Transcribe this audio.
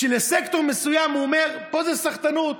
לסקטור מסוים הוא אומר: פה זה סחטנות.